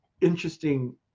interesting